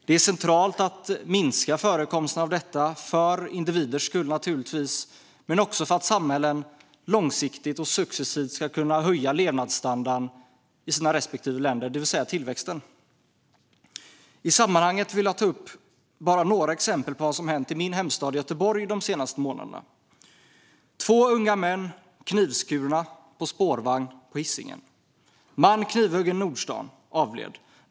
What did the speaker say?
Det är centralt att minska förekomsten av detta, för individers skull men också för att samhällen i respektive land långsiktigt och successivt ska kunna höja levnadsstandarden och tillväxten. Jag vill i sammanhanget ta upp bara några exempel på vad som har hänt i min hemstad Göteborg de senaste månaderna. Två unga män blev knivskurna på spårvagn på Hisingen. Man blev knivhuggen i Nordstan och avled.